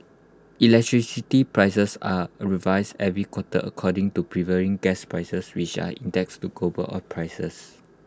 electricity prices are A revised every quarter according to prevailing gas prices which are indexed to global oil prices